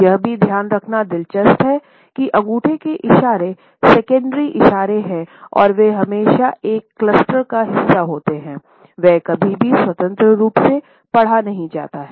यह भी ध्यान रखना दिलचस्प है कि अंगूठे के इशारे सेकेंडरी इशारे हैं और वे हमेशा एक क्लस्टर का हिस्सा होते हैं वह कभी भी स्वतंत्र रूप से पढ़ा नहीं जाता है